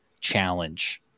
challenge